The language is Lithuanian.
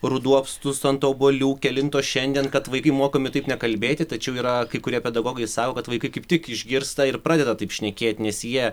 ruduo apstus ant obuolių kelinto šiandien kad vaikai mokomi taip nekalbėti tačiau yra kai kurie pedagogai sako kad vaikai kaip tik išgirsta ir pradeda taip šnekėti nes jie